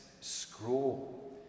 scroll